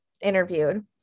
interviewed